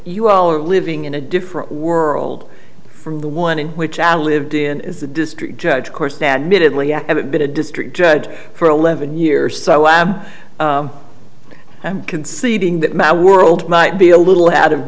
you all are living in a different world from the one in which i lived in is the district judge of course admittedly i haven't been a district judge for eleven years so i'm conceding that my world might be a little out of